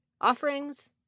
offerings